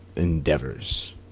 endeavors